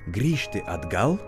grįžti atgal